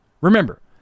remember